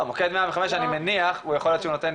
מוקד 105 אני מניח יכול להיות שהוא נותן,